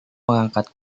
mengangkat